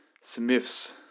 Smiths